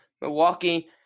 Milwaukee